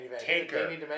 Taker